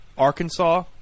Arkansas